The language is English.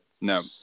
No